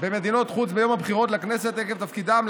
במדינות חוץ ביום הבחירות לכנסת עקב תפקידם,